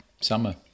summer